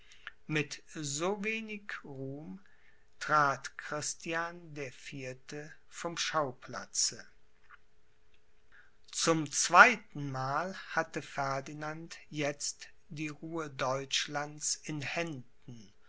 mit so wenig ruhm trat christian der vierte vom schauplatze zum zweitenmal hatte ferdinand jetzt die ruhe deutschlands in händen